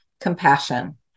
compassion